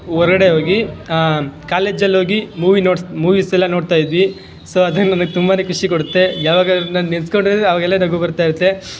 ಹೊರಗಡೆ ಹೋಗಿ ಕಾಲೇಜಲ್ಲಿ ಹೋಗಿ ಮೂವಿ ನೋಡಿ ಮೂವೀಸೆಲ್ಲ ನೋಡ್ತಾಯಿದ್ವಿ ಸೊ ಅದೇ ನನಗೆ ತುಂಬ ಖುಷಿ ಕೊಡುತ್ತೆ ಯಾವಾಗಾದ್ರೂ ನಾನು ನೆನ್ಸ್ಕೊಂಡ್ರೆ ಆವಾಗೆಲ್ಲ ನಗು ಬರ್ತಾ ಇರುತ್ತೆ